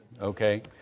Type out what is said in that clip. okay